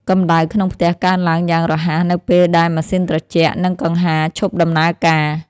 កម្ដៅក្នុងផ្ទះកើនឡើងយ៉ាងរហ័ស នៅពេលដែលម៉ាស៊ីនត្រជាក់ និងកង្ហារឈប់ដំណើរការ។